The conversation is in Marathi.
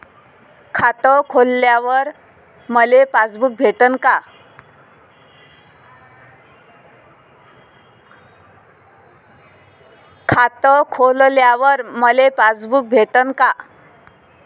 खातं खोलल्यावर मले पासबुक भेटन का?